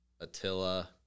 Attila